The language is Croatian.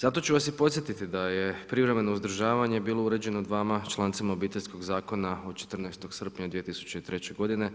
Zato ću vas i podsjetiti da je privremeno uzdržavanje bilo uređeno dvama člancima Obiteljskog zakona od 14. srpnja 2003. godine,